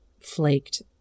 flaked